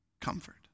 Comfort